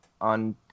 on